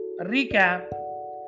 recap